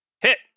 Hit